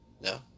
No